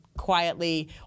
quietly